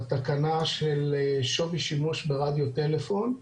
בתקנה של שווי שימוש ברדיו טלפון.